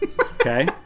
okay